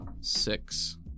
six